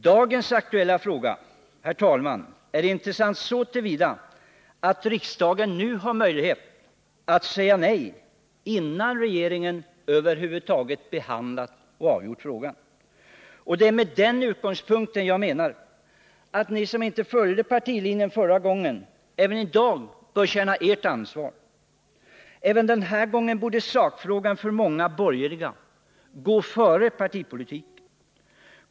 Dagens aktuella fråga är intressant så till vida att riksdagen nu har möjlighet att säga nej — innan regeringen över huvud taget avgjort frågan. Det är med den utgångspunkten jag menar att ni som inte följde partilinjen förra gången även i dag bör känna ert ansvar. Även den här gången borde sakfrågan för många borgerliga gå före partipolitiken.